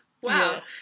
Wow